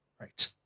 Right